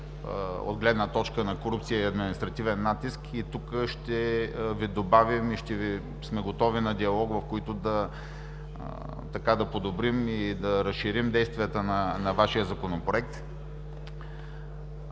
от гледна точка на корупция и административен натиск. Тук ще добавя, че сме готови на диалог, чрез който да подобрим, да разширим действието на Вашия Законопроект.